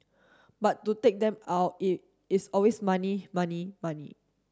but to take them out it is always money money money